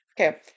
Okay